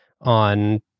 on